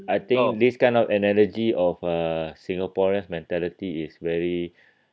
I think this kind of analogy of a singaporean's mentality is very